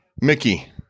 Mickey